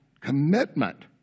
commitment